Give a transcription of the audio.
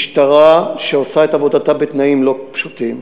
משטרה שעושה את עבודתה בתנאים לא פשוטים,